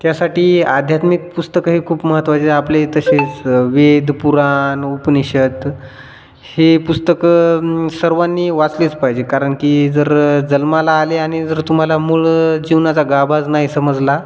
त्यासाठी आध्यात्मिक पुस्तकं हे खूप महत्त्वाचे आपले तसेच वेद पुराण उपनिषद हे पुस्तकं सर्वांनी वाचलीच पाहिजे कारण की जर जन्माला आले आणि जर तुम्हाला मूळ जीवनाचा गाभाच नाही समजला